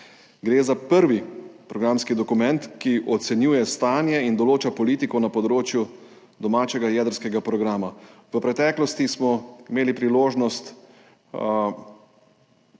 Gre za prvi programski dokument, ki ocenjuje stanje in določa politiko na področju domačega jedrskega programa. V preteklosti ste imeli priložnost